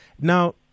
Now